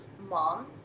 mom